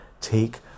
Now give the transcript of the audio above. take